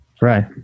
Right